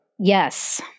Yes